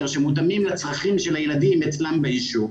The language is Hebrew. שמותאמים לצרכים של הילדים אצלם ביישוב.